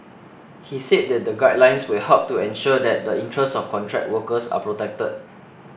he said that the guidelines will help to ensure that the interests of contract workers are protected